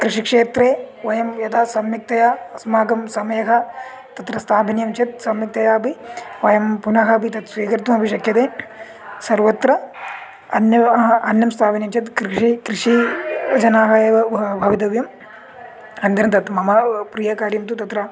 कृषिक्षेत्रे वयं यदा सम्यक्तया अस्माकं समयः तत्र स्थापनीयं चेत् सम्यक्तया अपि वयं पुनः अपि तत् स्वीकर्तुम् अपि शक्यते सर्वत्र अन्नम् अन्नं स्तापनियं चेत् कृषिः कृषि जनाः एव भ भवितव्यम् अनन्तरं तत् मम व् प्रियकार्यं तु तत्र